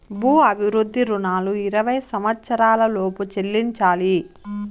భూ అభివృద్ధి రుణాలు ఇరవై సంవచ్చరాల లోపు చెల్లించాలి